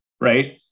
right